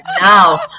Now